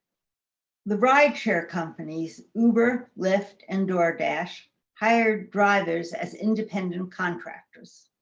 the rideshare companies uber, lyft, and doordash hired drivers as independent contractors.